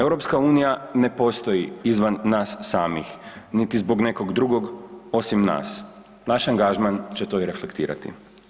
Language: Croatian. EU ne postoji izvan nas samih, niti zbog nekog drugog osim nas, naš angažman će to i reflektirati.